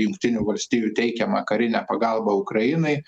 jungtinių valstijų teikiamą karinę pagalbą ukrainai